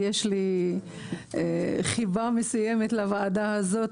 יש לי חיבה מסוימת לוועדה הזאת,